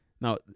Now